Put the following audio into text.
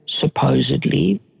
supposedly